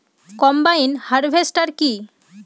Combine harvester কি?